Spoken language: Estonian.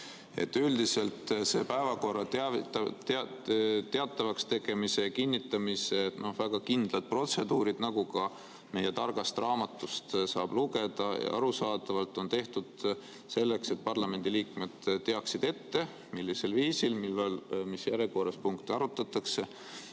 Üldiselt on päevakorra teatavaks tegemise ja kinnitamise kohta väga kindlad protseduurid, nagu ka meie targast raamatust saab lugeda. Ja arusaadavalt on need tehtud selleks, et parlamendiliikmed teaksid ette, millisel viisil, millal ja mis järjekorras punkte arutatakse.